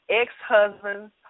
ex-husbands